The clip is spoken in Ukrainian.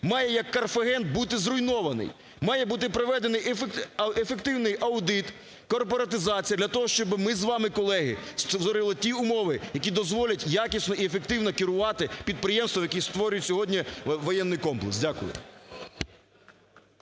має, як Карфаген, бути зруйнований. Має бути проведений ефективний аудит, корпоратизація, для того, щоб ми з вами, колеги, створили ті умови, які дозволять якісно, і ефективно керувати підприємствами, які створюють сьогодні воєнний комплекс. Дякую.